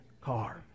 car